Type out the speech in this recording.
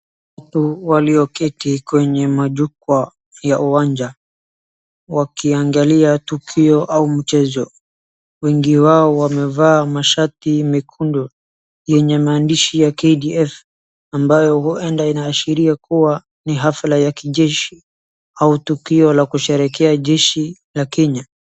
Watu walioketi kwenye majukwaa ya uwanja, wakiangalia tukio au mchezo, wengi wao wamevaa mashati mekundu, yenye maandishi ya KDF, ambayo huenda inaashiria kua ni hafla ya kijeshi, au tukio la kusherehekea jeshi la Kenya.